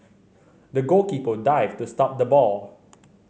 the goalkeeper dived to stop the ball